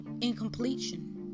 incompletion